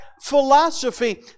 philosophy